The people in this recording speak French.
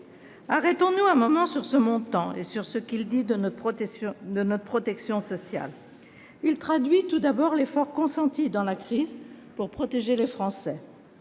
Arrêtons-nous un moment sur ce montant et sur ce qu'il dit de notre protection sociale. Il traduit tout d'abord l'effort consenti dans la crise pour protéger les Français.